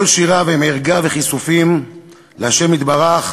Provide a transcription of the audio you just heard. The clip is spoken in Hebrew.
כל שיריו הם ערגה וכיסופים לה' יתברך,